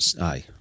Aye